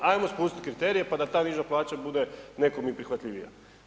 Hajmo spustiti kriterije pa da ta niža plaća bude nekome i prihvatljivija.